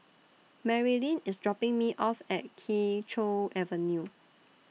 Marylin IS dropping Me off At Kee Choe Avenue